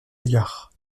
égard